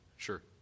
Sure